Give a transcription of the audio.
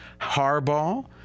Harbaugh